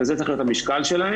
וזה צריך להיות המשקל שלהם,